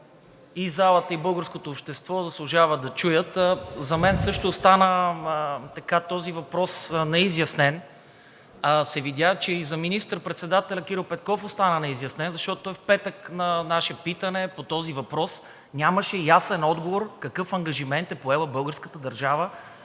и залата, и българското общество заслужват да чуят. За мен също този въпрос остана неизяснен, а се видя, че и за министър-председателя Кирил Петков остана неизяснен, защото в петък на наше питане по този въпрос той нямаше ясен отговор какъв ангажимент е поела българската държава